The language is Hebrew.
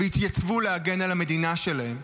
והתייצבו להגן על המדינה שלהם.